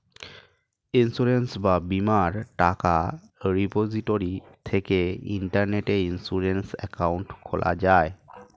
insurance বা বীমার টাকা রিপোজিটরি থেকে ইন্টারনেটে ইন্সুরেন্স অ্যাকাউন্ট খোলা যায়